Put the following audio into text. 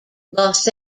los